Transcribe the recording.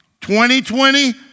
2020